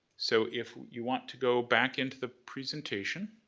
so if you want to go back into the presentation,